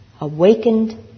awakened